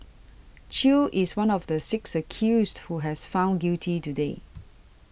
Chew is one of the six accused who has found guilty today